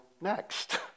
next